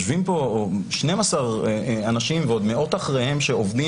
יושבים פה 12 אנשים ומאות אחריהם שעובדים